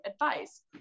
advice